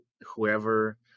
whoever